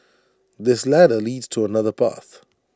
this ladder leads to another path